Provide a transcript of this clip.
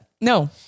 No